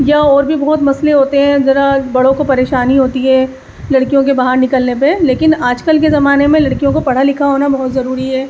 یا اور بھی بہت مسئلے ہوتے ہیں ذرا بڑوں کو پریشانی ہوتی ہے لڑکیوں کے باہر نکلنے پہ لیکن آج کل کے زمانے میں لڑکیوں کو پڑھا لکھا ہونا بہت ضروری ہے